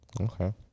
Okay